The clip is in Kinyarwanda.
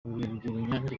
rugerinyange